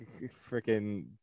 freaking